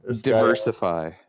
Diversify